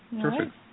Perfect